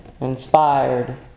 inspired